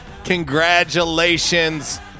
Congratulations